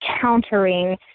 countering